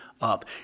up